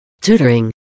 Tutoring